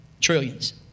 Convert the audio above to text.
Trillions